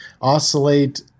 oscillate